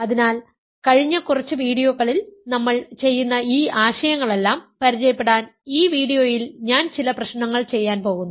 അതിനാൽ കഴിഞ്ഞ കുറച്ച് വീഡിയോകളിൽ നമ്മൾ ചെയ്യുന്ന ഈ ആശയങ്ങളെല്ലാം പരിചയപ്പെടാൻ ഈ വീഡിയോയിൽ ഞാൻ ചില പ്രശ്നങ്ങൾ ചെയ്യാൻ പോകുന്നു